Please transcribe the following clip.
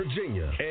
Virginia